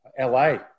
LA